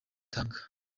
itanga